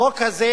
החוק הזה,